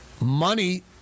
Money